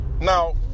now